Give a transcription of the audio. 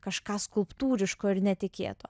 kažką skulptūriško ir netikėto